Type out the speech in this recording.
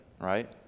right